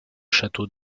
château